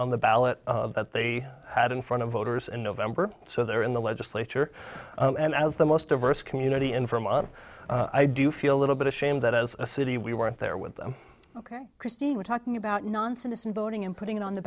on the ballot that they had in front of voters in november so they're in the legislature and as the most diverse community in from of i do feel a little bit ashamed that as a city we weren't there with them ok christine we're talking about non citizens voting and putting it on the